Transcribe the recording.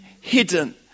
hidden